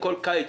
המיוחד.